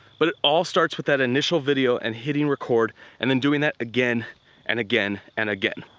but it all starts with that initial video and hitting record and then doing that again and again and again.